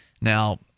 Now